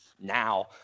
Now